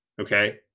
okay